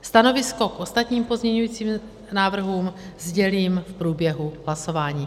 Stanovisko k ostatním pozměňujícím návrhům sdělím v průběhu hlasování.